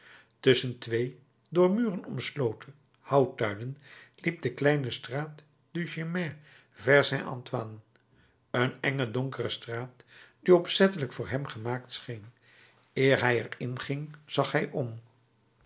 tusschen twee door muren omsloten houttuinen liep de kleine straat du chemin vert saint antoine een enge donkere straat die opzettelijk voor hem gemaakt scheen eer hij er in ging zag hij om